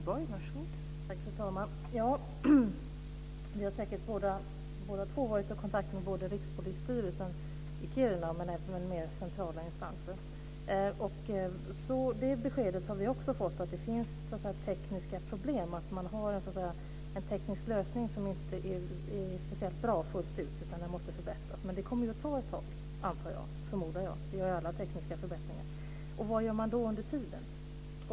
Fru talman! Vi har säkert båda två varit i kontakt med både Rikspolisstyrelsen i Kiruna och den mer centrala instansen. Vi har också fått beskedet att det finns tekniska problem och att man har en teknisk lösning som inte är speciellt bra fullt ut, utan den måste förbättras. Men det kommer att ta ett tag, förmodar jag, det gör alla tekniska förbättringar. Och vad gör man under tiden?